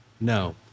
no